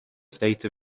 state